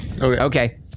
okay